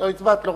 לא הצבעתי.